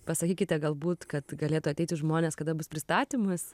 pasakykite galbūt kad galėtų ateiti žmonės kada bus pristatymas